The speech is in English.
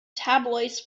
tabloids